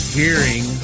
hearing